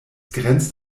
grenzt